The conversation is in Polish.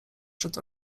przed